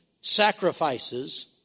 sacrifices